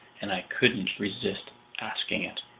and i couldn't resist asking it.